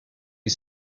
you